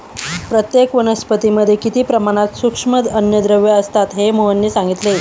प्रत्येक वनस्पतीमध्ये किती प्रमाणात सूक्ष्म अन्नद्रव्ये असतात हे मोहनने सांगितले